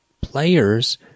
players